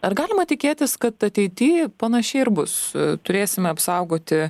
ar galima tikėtis kad ateity panašiai ir bus turėsime apsaugoti